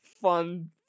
fun